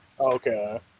Okay